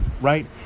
right